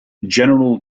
general